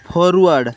forward